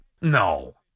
No